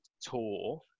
tour